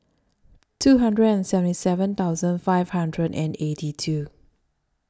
two hundred and seventy seven thousand five hundred and eighty two